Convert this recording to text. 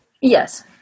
Yes